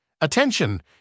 Attention